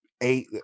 eight